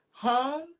home